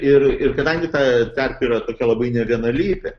ir ir kadangi ta terpė yra tokia labai nevienalytė